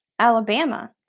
alabama,